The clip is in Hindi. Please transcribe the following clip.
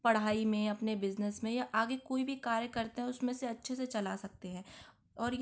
पढ़ाई में अपने बिजनस में या आगे कोई भी कार्य करते हैं उसमें से अच्छे से चला सकते हैं और ये